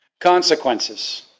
Consequences